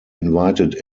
invited